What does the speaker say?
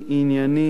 ענייני,